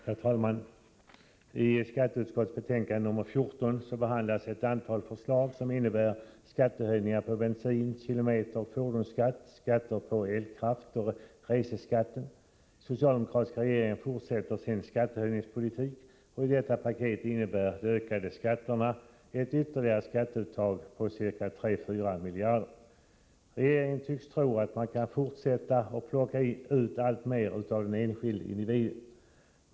Herr talman! I skatteutskottets betänkande nr 14 behandlas ett antal förslag som innebär höjningar av bensinskatt, kilometeroch fordonsskatt, skatt på elkraft samt reseskatt. Den socialdemokratiska regeringen fortsätter sin skattehöjningspolitik, och i detta paket innebär de ökade skatterna ett ytterligare skatteuttag på 34 miljarder. Regeringen tycks tro att man kan fortsätta och plocka ut alltmer av den enskilde individen.